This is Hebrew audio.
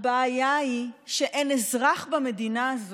בעידן של